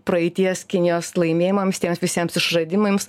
praeities kinijos laimėjimams tiems visiems išradimams